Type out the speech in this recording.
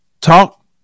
Talk